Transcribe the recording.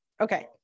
Okay